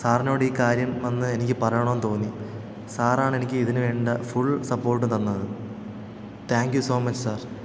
സാറിനോടീക്കാര്യം വന്ന് എനിക്ക് പാറയണമെന്ന് തോന്നി സാറാണെനിക്ക് ഇതിന് വേണ്ട ഫുൾ സപ്പോട്ട് തന്നത് thank you so much sir